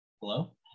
Hello